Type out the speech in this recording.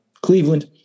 Cleveland